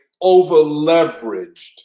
over-leveraged